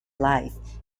life